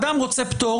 אדם רוצה פטור